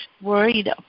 worried